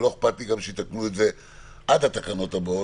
ולא אכפת לי גם שיתקנו את זה עד התקנות הבאות,